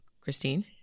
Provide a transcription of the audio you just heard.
Christine